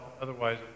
otherwise